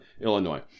Illinois